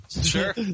Sure